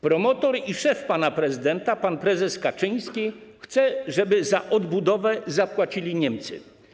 Promotor i szef pana prezydenta pan prezes Kaczyński chce, żeby za odbudowę zapłacili Niemcy.